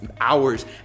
hours